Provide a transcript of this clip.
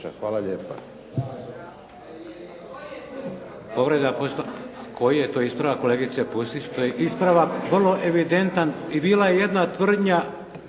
Hvala lijepa.